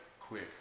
Quick